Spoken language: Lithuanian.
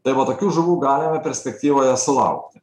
tai va tokių žuvų galima perspektyvoje sulaukti